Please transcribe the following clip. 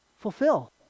Fulfill